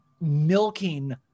milking